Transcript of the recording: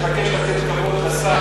אני מבקש לתת כבוד לשר,